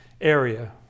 area